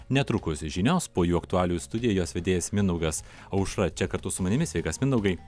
netrukus žinios po juo aktualijų studijos vedėjas mindaugas aušra čia kartu su manimi sveikas mindaugai